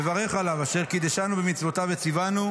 מברך עליו אשר קידשנו במצוותיו וציוונו